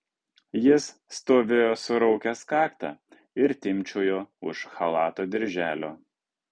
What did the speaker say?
jis stovėjo suraukęs kaktą ir timpčiojo už chalato dirželio